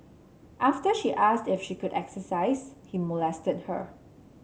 after she asked if she could exercise he molested her